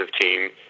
team